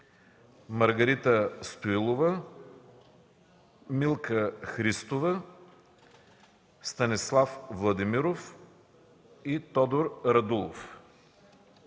Маргарита Стоилова, Милка Христова, Станислав Владимиров и Тодор Радулов.